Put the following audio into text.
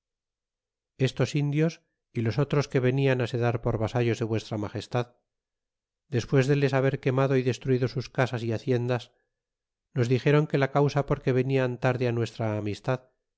estos in dios y los otros que venian se dar por vasallos de vuestra ma gestad despues de les haber quemado y destruido sus casas y haciendas nos dixéron que la causa porque venian tarde nuestra amistad